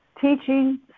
teaching